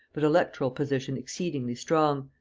but electoral position exceedingly strong,